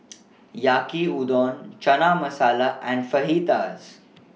Yaki Udon Chana Masala and Fajitas